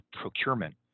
procurement